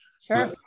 Sure